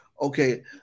okay